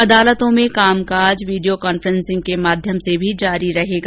अदालतों में कामकाज वीडियो कान्फ्रेसिंग के माध्यम से भी जारी रहेगा